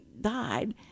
died